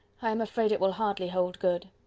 i am afraid it will hardly hold good.